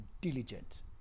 diligent